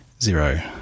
zero